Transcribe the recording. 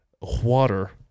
water